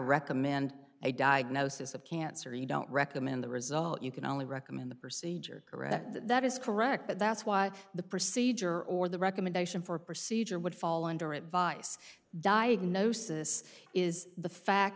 recommend a diagnosis of cancer you don't recommend the result you can only recommend the procedure correct that is correct but that's what the procedure or the recommendation for a procedure would fall under advice diagnosis is the fact